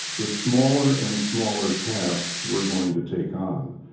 the smaller and smaller tasks we're going to take on,